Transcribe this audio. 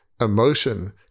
emotion